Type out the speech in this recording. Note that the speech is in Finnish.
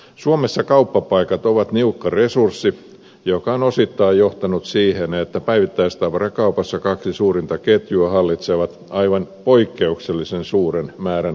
suomessa kauppapaikat ovat niukka resurssi mikä on osittain johtanut siihen että päivittäistavarakaupassa kaksi suurinta ketjua hallitsee aivan poikkeuksellisen suuren määrän volyymista